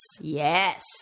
Yes